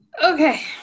Okay